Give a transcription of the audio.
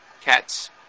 cat's